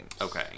Okay